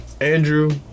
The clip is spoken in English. Andrew